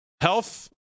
health